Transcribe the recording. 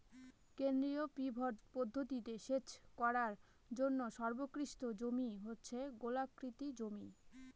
কেন্দ্রীয় পিভট পদ্ধতিতে সেচ করার জন্য সর্বোৎকৃষ্ট জমি হচ্ছে গোলাকৃতি জমি